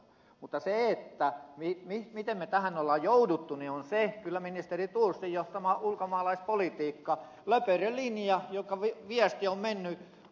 mutta syy miten me tähän olemme joutuneet on kyllä ministeri thorsin johtama ulkomaalaispolitiikka löperö linja jonka viesti on mennyt ihmissalakuljettajille ja muille